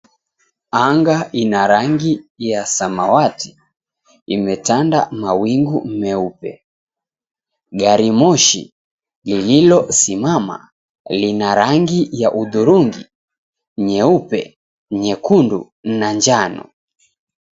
Anga ina rangi ya samawati imetanda mawingu meupe. Garimoshi lililosimama lina rangi ya hudhurungi, nyeupe, nyekundu na njano.